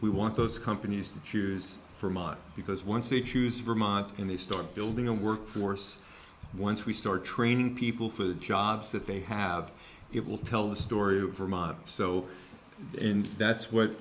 we want those companies to choose for mine because once they choose vermont and they start building a workforce once we start training people for the jobs that they have it will tell the story of vermont so that's what